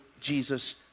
Jesus